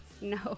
No